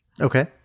Okay